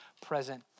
present